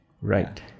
Right